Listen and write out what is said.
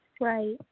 Right